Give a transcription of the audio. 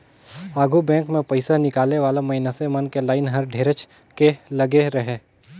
आघु बेंक मे पइसा निकाले वाला मइनसे मन के लाइन हर ढेरेच के लगे रहें